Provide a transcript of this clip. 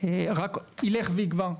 רק ילך ויגבר.